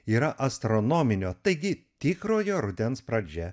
yra astronominio taigi tikrojo rudens pradžia